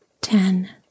Ten